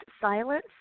Silence